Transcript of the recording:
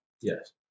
Yes